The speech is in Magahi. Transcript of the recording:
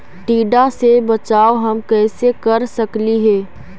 टीडा से बचाव हम कैसे कर सकली हे?